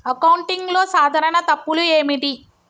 అకౌంటింగ్లో సాధారణ తప్పులు ఏమిటి?